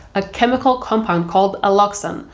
a chemical compound called alloxan,